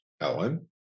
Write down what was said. ellen